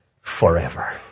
forever